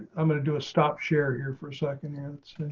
i'm going to do a stop share here for a second. and